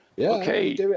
okay